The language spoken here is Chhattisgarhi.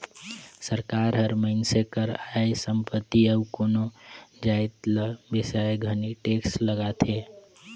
सरकार हर मइनसे कर आय, संपत्ति अउ कोनो जाएत ल बेसाए घनी टेक्स लगाथे